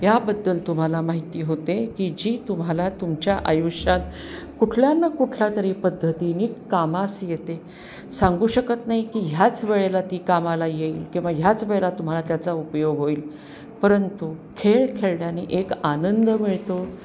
ह्याबद्दल तुम्हाला माहिती होते की जी तुम्हाला तुमच्या आयुष्यात कुठल्या ना कुठल्या तरी पद्धतीने कामास येते सांगू शकत नाही की ह्याच वेळेला ती कामाला येईल किंवा ह्याच वेळेला तुम्हाला त्याचा उपयोग होईल परंतु खेळ खेळण्याने एक आनंद मिळतो